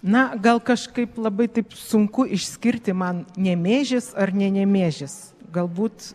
na gal kažkaip labai taip sunku išskirti man nemėžis ar ne nemėžis galbūt